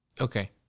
Okay